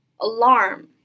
alarm